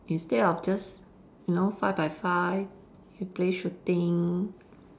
instead of just you know five by five you play shooting